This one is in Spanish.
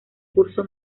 curso